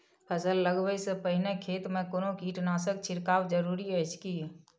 फसल लगबै से पहिने खेत मे कोनो कीटनासक छिरकाव जरूरी अछि की?